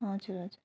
हजुर